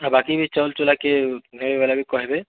ହଁ ବାକି ବି ଚାଉଲ୍ଚୁଲା କିଏ ନେବେ ବେଲେ ବି କହେବେ